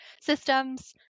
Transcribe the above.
systems